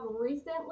recently